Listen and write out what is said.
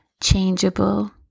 changeable